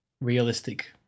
realistic